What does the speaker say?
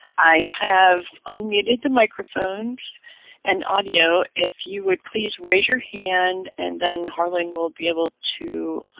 i have unmuted the microphones and audio, if you would please raise your hand and then harlan will be able to